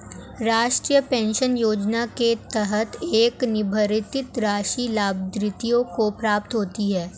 राष्ट्रीय पेंशन योजना के तहत एक निर्धारित राशि लाभार्थियों को प्राप्त होती है